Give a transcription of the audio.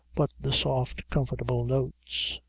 but the soft, comfortable notes.